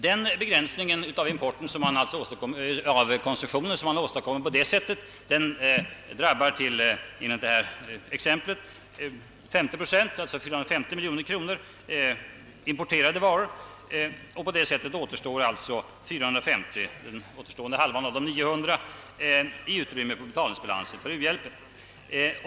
Den begränsning av konsumtionen som man åstadkommer på det sättet drabbar enligt detta exempel importen med 50 procent, det vill säga importerade varor till ett värde av 450 miljoner kronor. Det återstår sedan 450: miljoner, alltså hälften av de 900 miljoner kronorna, i utrymme på betalningsbalansen för u-hjälpen.